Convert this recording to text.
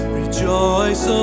rejoice